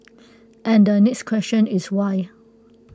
and the next question is why